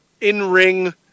in-ring